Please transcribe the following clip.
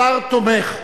השר תומך,